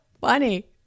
funny